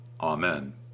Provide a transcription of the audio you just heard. Amen